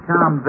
Tom